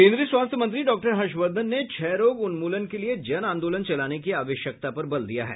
केन्द्रीय स्वास्थ्य मंत्री डॉक्टर हर्षवर्धन ने क्षयरोग उन्मूलन के लिए जनआंदोलन चलाने की आवश्यकता पर बल दिया है